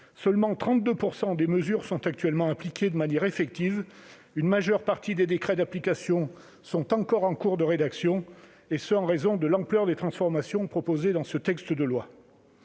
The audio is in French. Seulement 32 % des mesures sont actuellement appliquées de manière effective, la majeure partie des décrets d'application étant encore en cours de rédaction, en raison de l'ampleur des transformations proposées dans ce texte de loi.